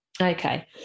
Okay